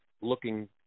looking